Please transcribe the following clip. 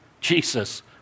Jesus